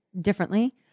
differently